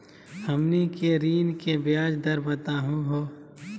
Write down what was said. हमनी के ऋण के ब्याज दर बताहु हो?